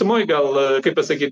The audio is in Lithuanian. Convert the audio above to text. visumoj gal kaip pasakyt